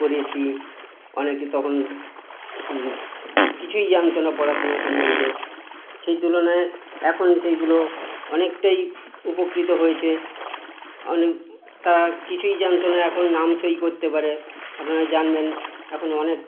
করিয়েছি অনেকে তখন কিছুই জানতো না পড়াশোনা সম্বন্ধে সেই তুলনায় এখন সেইগুলো অনেকটাই উপকৃত হয়েছে অনেক তারা কিছুই জানতো না এখন নাম সই করতে পারে আপনারা জানবেন এখন অনেক